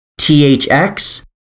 THX